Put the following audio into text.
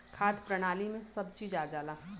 खाद्य प्रणाली में सब चीज आ जाला